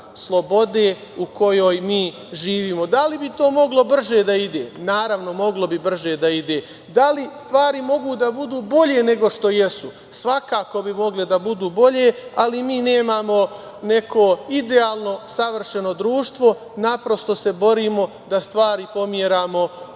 slobode u kojoj mi živimo. Da li bi to moglo brže da ide? Naravno, moglo bi brže da ide. Da li stvari mogu da budu bolje nego što jesu? Svakako bi mogle da budu bolje, ali mi nemamo neko idealno savršeno društvo, naprosto se borimo da stvari pomeramo